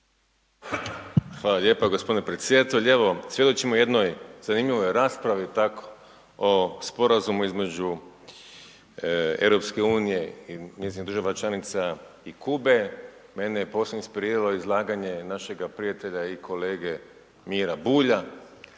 Hvala lijepo g. predsjedatelju. Evo, svjedočimo jednoj zanimljivoj raspravi tako o sporazumu između EU i njezinih država članica i Kube. Mene je posebno inspiriralo izlaganje našega prijatelja i kolege Mira Bulja,